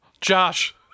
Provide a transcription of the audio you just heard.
Josh